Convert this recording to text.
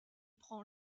prend